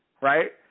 right